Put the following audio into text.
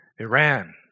Iran